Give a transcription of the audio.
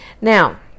Now